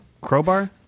Crowbar